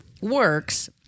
works